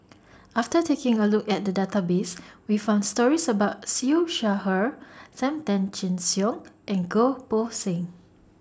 after taking A Look At The Database We found stories about Siew Shaw Her SAM Tan Chin Siong and Goh Poh Seng